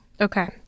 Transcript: Okay